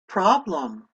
problem